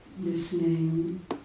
listening